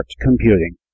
computing